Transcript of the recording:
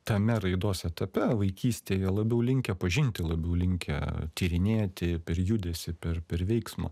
tame raidos etape vaikystėje labiau linkę pažinti labiau linkę tyrinėti per judesį per per veiksmą